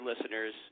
listeners